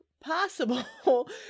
possible